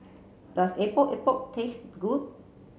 does Epok Epok taste good